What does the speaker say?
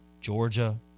Georgia